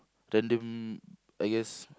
random I guess